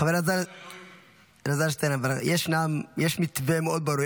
חבר הכנסת אלעזר שטרן, יש מתווה מאוד ברור.